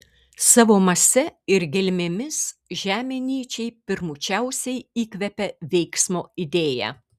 savo mase ir gelmėmis žemė nyčei pirmučiausiai įkvepia veiksmo idėją